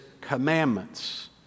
commandments